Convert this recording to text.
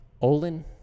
Olin